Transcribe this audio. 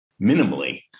minimally